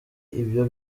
ibyo